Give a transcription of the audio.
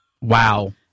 Wow